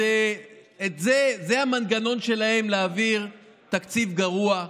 זה המנגנון שלהם להעביר תקציב גרוע,